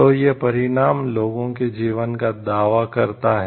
तो यह परिणाम लोगों के जीवन का दावा करता है